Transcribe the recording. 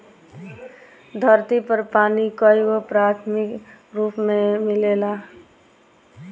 धरती पर पानी कईगो प्राकृतिक रूप में मिलेला